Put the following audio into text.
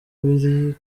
ibiri